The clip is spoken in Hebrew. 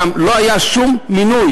גם לא היה שום מינוי,